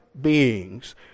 beings